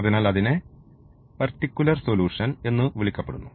അതിനാൽ അതിനെ particular solution എന്ന് വിളിക്കപ്പെടുന്നു